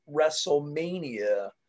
wrestlemania